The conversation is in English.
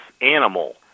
animal